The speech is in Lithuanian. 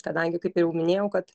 kadangi kaip ir jau minėjau kad